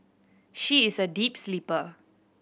she is a deep sleeper